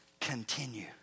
continue